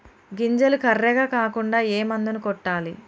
గింజలు కర్రెగ కాకుండా ఏ మందును కొట్టాలి?